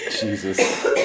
Jesus